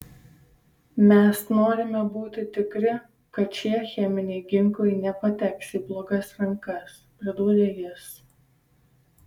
mes norime būti tikri kad šie cheminiai ginklai nepateks į blogas rankas pridūrė jis